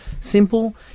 simple